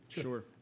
Sure